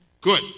Good